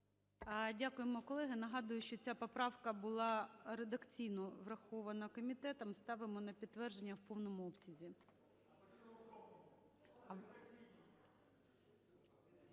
Дякую, колеги. Нагадую, що ця поправка була редакційно врахована комітетом, ставимо на підтвердження в повному обсязі.